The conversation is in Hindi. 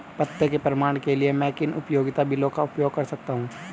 पते के प्रमाण के लिए मैं किन उपयोगिता बिलों का उपयोग कर सकता हूँ?